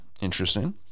Interesting